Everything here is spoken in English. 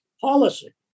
policy